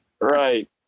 Right